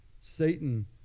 Satan